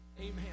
Amen